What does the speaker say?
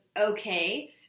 okay